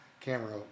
camera